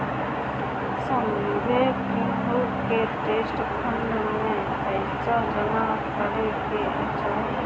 सभे केहू के ट्रस्ट फंड में पईसा जमा करे के चाही